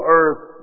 earth